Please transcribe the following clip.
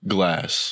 Glass